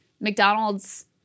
McDonald's